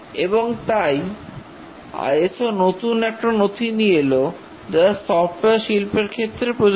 এবং তাই ISO নতুন একটা নথি নিয়ে এল যা সফটওয়্যার শিল্পের ক্ষেত্রে প্রযোজ্য